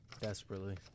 Desperately